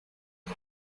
uyu